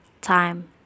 time